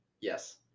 yes